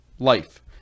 life